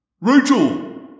Rachel